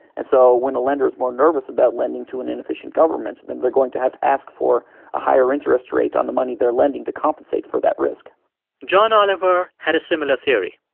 and so when a lender is more nervous about lending to an inefficient government, then they're going to have to ask for a higher interest rate on the money they're lending to compensate for that risk john oliver had a similar theory,